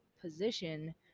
position